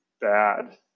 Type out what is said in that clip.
bad